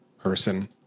person